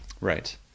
Right